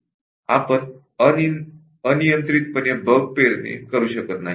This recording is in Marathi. आपण अनियंत्रितपणे बग सीड करू शकत नाही